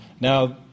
Now